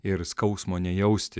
ir skausmo nejausti